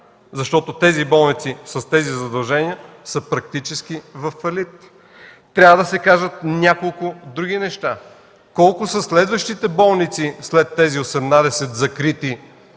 защото тези болници с тези задължения са практически във фалит? Трябва да се кажат няколко други неща. Колко са следващите болници – след тези 18 закрити?